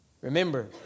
Remember